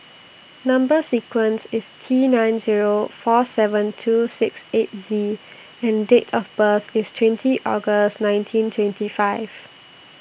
Number sequence IS T nine Zero four seven two six eight Z and Date of birth IS twenty August nineteen twenty five